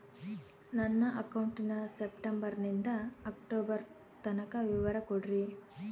ನನ್ನ ಅಕೌಂಟಿನ ಸೆಪ್ಟೆಂಬರನಿಂದ ಅಕ್ಟೋಬರ್ ತನಕ ವಿವರ ಕೊಡ್ರಿ?